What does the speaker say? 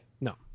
No